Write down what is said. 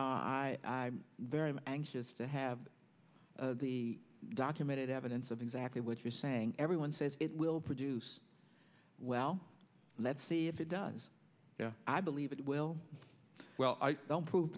i'm very anxious to have the documented evidence of exactly what you're saying everyone says it will produce well let's see if it does i believe it will well i don't prove